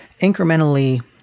incrementally